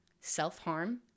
self-harm